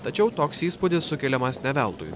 tačiau toks įspūdis sukeliamas ne veltui